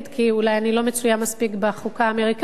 כי אולי אני לא מצויה מספיק בחוקה האמריקנית,